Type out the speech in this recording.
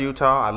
Utah